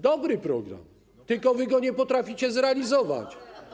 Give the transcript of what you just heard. Dobry program, tylko wy nie potraficie go zrealizować.